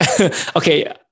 okay